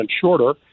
shorter